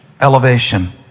elevation